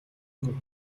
хүн